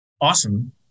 awesome